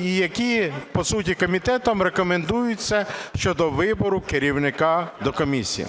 які по суті комітетом рекомендуються щодо вибору керівника до комісії.